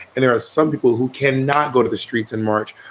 and there are some people who can not go to the streets in march.